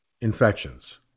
infections